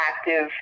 active